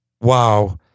wow